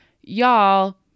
y'all